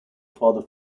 father